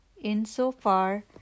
insofar